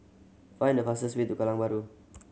find the fastest way to Kallang Bahru